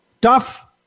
Tough